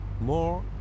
more